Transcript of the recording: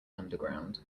underground